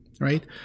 right